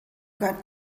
got